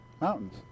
mountains